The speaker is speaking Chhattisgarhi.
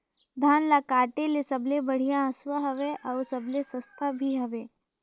धान ल काटे के सबले बढ़िया हंसुवा हवये? अउ सबले सस्ता भी हवे?